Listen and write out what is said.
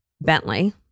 Bentley